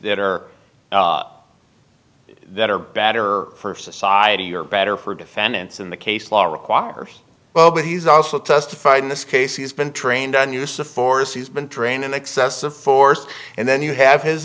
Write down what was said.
that are that are better for society or better for defendants in the case law requires well but he's also testified in this case he's been trained on use of force he's been trained in excessive force and then you have his